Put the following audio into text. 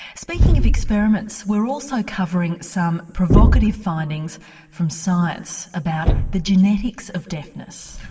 speaking of experiments, we're also covering some provocative findings from science about the genetics of deafness.